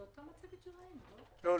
זה אותה מצגת שראינו, לא?